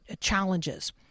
challenges